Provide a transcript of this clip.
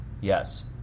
Yes